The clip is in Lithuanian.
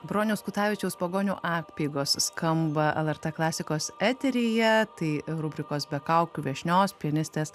broniaus kutavičiaus pagonių apeigos skamba lrt klasikos eteryje tai rubrikos be kaukių viešnios pianistės